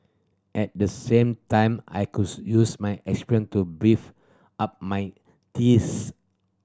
at the same time I could use my experience to beef up my thesis